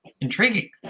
intriguing